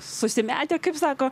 susimetę kaip sako